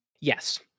Yes